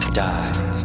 die